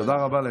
תודה רבה לך.